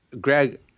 Greg